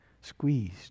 squeezed